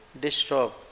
disturb